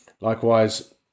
Likewise